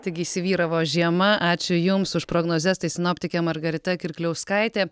taigi įsivyravo žiema ačiū jums už prognozes tai sinoptikė margarita kirkliauskaitė